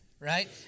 Right